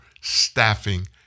staffing